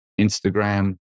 Instagram